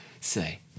say